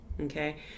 Okay